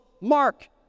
Mark